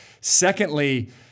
Secondly